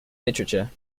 literature